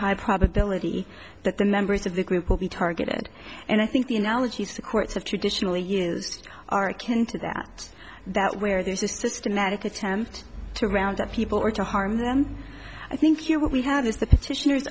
high probability that the members of the group will be targeted and i think the analogies to courts have traditionally used are kin to that that where there's a systematic attempt to round up people or to harm them i think you what we have is the petitioners